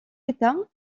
état